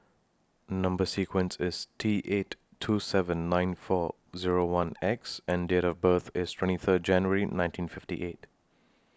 Number sequence IS T eight two seven nine four Zero one X and Date of birth IS twenty Third January nineteen fifty eight